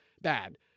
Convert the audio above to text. bad